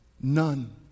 None